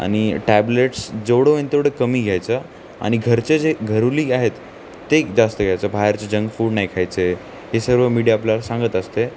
आणि टॅब्लेट्स जेवढं घेईन तेवढं कमी घ्यायचं आणि घरचे जे घररोलीक आहेत ते जास्त घ्यायचं बाहेरचे जंक फूड नाही खायचे हे सर्व मीडिया आपल्याला सांगत असते